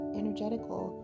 energetical